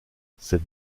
cette